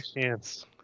chance